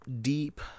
deep